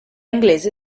inglese